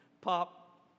Pop